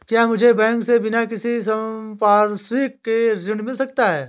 क्या मुझे बैंक से बिना किसी संपार्श्विक के ऋण मिल सकता है?